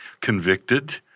convicted